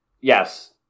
Yes